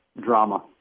drama